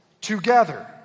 together